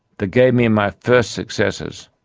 that gave me and my first successes,